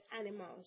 animals